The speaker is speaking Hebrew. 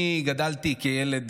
אני גדלתי כילד,